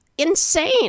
insane